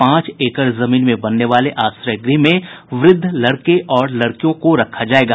पांच एकड़ जमीन में बनने वाले आश्रय गृह में वृद्ध लड़के और लड़कियों को रखा जायेगा